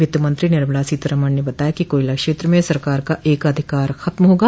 वित्त मंत्री निर्मला सीतारमण ने बताया कि कोयला क्षेत्र में सरकार का एकाधिकार खत्म होगा